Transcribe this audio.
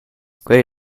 quei